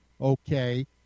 okay